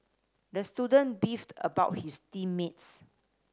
the student beefed about his team mates